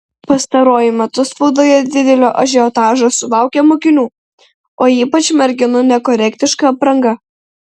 pastaruoju metu spaudoje didelio ažiotažo sulaukia mokinių o ypač merginų nekorektiška apranga